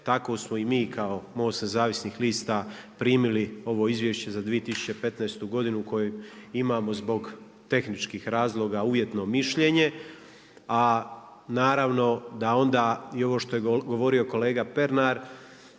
tako smo i mi kao MOST nezavisnih lista primili ovo Izvješće za 2015. godinu koje imamo zbog tehničkih razloga uvjetno mišljenje. A naravno da onda i ovo što je govorio kolega Pernar